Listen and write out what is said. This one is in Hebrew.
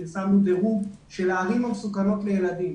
פרסמנו דירוג של הערים המסוכנות לילדים.